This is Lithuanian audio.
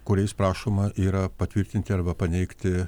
kuriais prašoma yra patvirtinti arba paneigti